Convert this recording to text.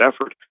effort